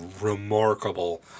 remarkable